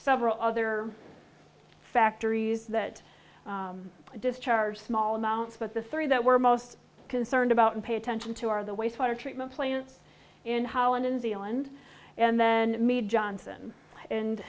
several other factories that discharge small amounts but the three that we're most concerned about and pay attention to are the waste water treatment plants in holland and zealand and then meet johnson and